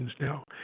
now